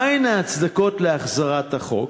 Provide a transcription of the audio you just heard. מה הן ההצדקות להחזרת החוק?